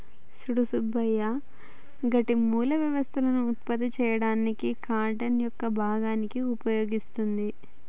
సూడు సుబ్బయ్య గడ్డి మూల వ్యవస్థలను ఉత్పత్తి చేయడానికి కార్టన్ యొక్క భాగాన్ని ఉపయోగిస్తుంది